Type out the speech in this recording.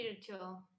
spiritual